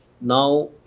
Now